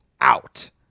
out